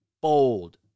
bold